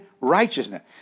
righteousness